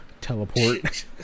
Teleport